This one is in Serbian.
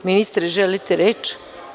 Ministre želite reč?